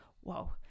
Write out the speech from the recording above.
Whoa